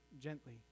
gently